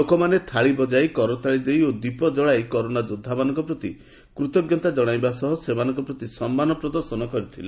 ଲୋକମାନେ ଥାଳି ବଜାଇ କରତାଳି ଦେଇ ଓ ଦୀପ ଜଳାଇ କରୋନା ଯୋଦ୍ଧାମାନଙ୍କ ପ୍ରତି କୂତଜ୍ଞତା କଣାଇବା ସହ ସେମାନଙ୍କ ପ୍ରତି ସମ୍ମାନ ପ୍ରଦର୍ଶନ କରିଥିଲେ